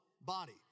body